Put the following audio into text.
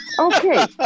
Okay